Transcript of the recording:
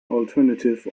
alternative